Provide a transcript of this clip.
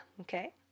Okay